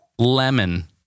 Lemon